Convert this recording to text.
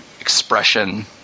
Expression